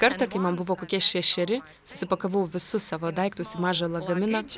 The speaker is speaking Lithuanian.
kartą kai man buvo kokie šešeri susipakavau visus savo daiktus į mažą lagaminą